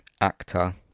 actor